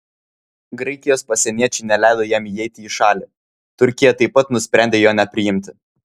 graikijos pasieniečiai neleido jam įeiti į šalį turkija taip pat nusprendė jo nepriimti